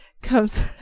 comes